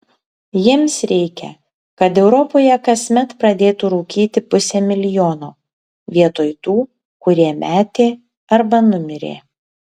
jiems reikia kad europoje kasmet pradėtų rūkyti pusė milijono vietoj tų kurie metė arba numirė